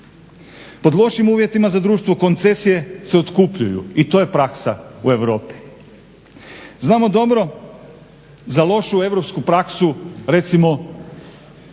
Pod lošim uvjetima za društvo koncesije se otkupljuju i to je praksa u Europi. Znamo dobro za lošu europsku praksu recimo